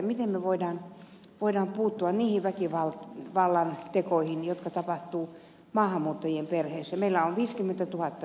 miten me voimme puuttua niihin väkivallantekoihin jotka tapahtuvat maahanmuuttajien perheissä